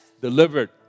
Delivered